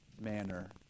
manner